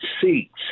seats